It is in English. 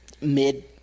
mid